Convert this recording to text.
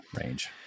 range